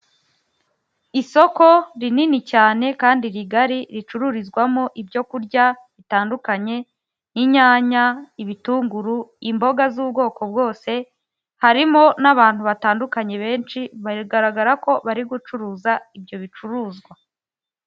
isoko rinini cyane kandi rigari ricururizwa mo ibyo kurya bitandukanye inyanya, ibitunguru, imboga z'ubwoko bwose harimo n'abantu batandukanye benshi bigaragara ko bari gucuruza ibyo bicuruzwa.